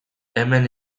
hemen